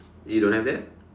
you don't have that